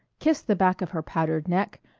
kissed the back of her powdered neck,